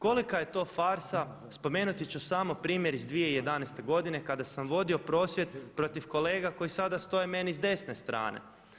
Kolika je to farsa spomenuti ću samo primjer iz 2011. godine kada sam vodio prosvjed protiv kolega koji sada stoje meni s desne strane.